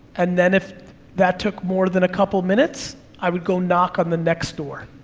and then if that took more than a couple of minutes, i would go knock on the next door.